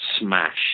Smash